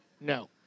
No